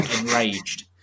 enraged